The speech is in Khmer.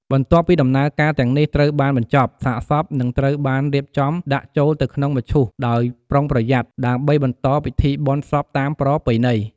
បន្ទាប់ពីដំណើរការទាំងនេះត្រូវបានបញ្ចប់ សាកសពនឹងត្រូវបានរៀបចំដាក់ចូលទៅក្នុងមឈូសដោយប្រុងប្រយ័ត្ន ដើម្បីបន្តពិធីបុណ្យសពតាមប្រពៃណី។